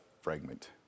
fragment